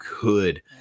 good